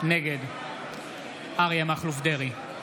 נגד אריה מכלוף דרעי,